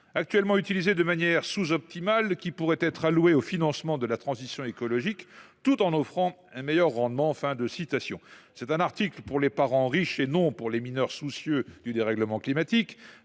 actuellement de manière sous optimale, qui pourrait être allouée au financement […] de la transition écologique, tout en offrant un meilleur rendement ». Cet article est destiné aux parents riches et non aux mineurs soucieux du dérèglement climatique.